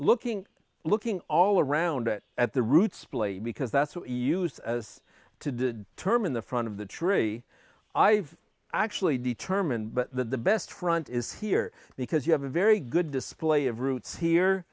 looking looking all around it at the root splayed because that's what you used to term in the front of the tree i've actually determined but the best front is here because you have a very good display of roots here